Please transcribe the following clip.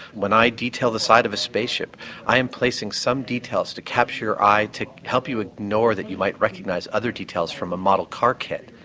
when i detail the side of a space ship i am placing some details to capture your eye and to help you ignore that you might recognise other details from a model car kit.